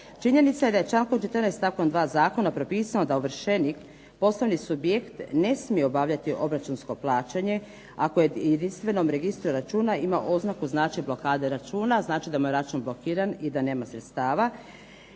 Činjenica je da je člankom 14. stavkom 2. zakona propisano da ovršenik, poslovni subjekt ne smije obavljati obračunsko plaćanje, ako u jedinstvenom registru računa ima oznaku znači blokade računa, znači da mu je račun blokiran i da nema sredstava.